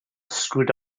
screwed